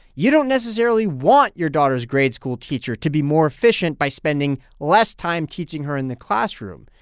you don't necessarily want your daughter's grade school teacher to be more efficient by spending less time teaching her in the classroom.